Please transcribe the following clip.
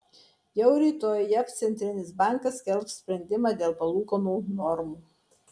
jau rytoj jav centrinis bankas skelbs sprendimą dėl palūkanų normų